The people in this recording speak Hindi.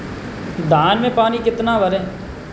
धान में पानी कितना भरें?